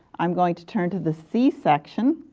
i am going to turn to the c section